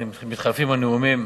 מתחלפים הנאומים.